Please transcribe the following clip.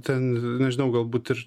ten nežinau galbūt ir